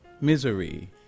misery